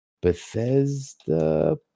Bethesda